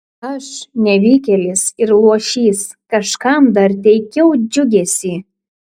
aš nevykėlis ir luošys kažkam dar teikiau džiugesį